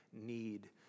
need